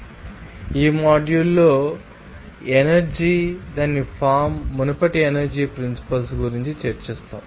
కాబట్టి ఈ మాడ్యూల్లో మీకు ఎనర్జీ ఉంది మరియు దాని ఫార్మ్స్ మునుపటి ఎనర్జీ ప్రిన్సిపల్స్ గురించి చర్చిస్తాయి